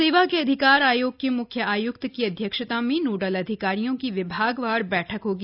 सेवा के अधिकार आयोग के म्ख्य आय्क्त की अध्यक्षता में नोडल अधिकारियों की विभागवार बैठक होगी